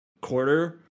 quarter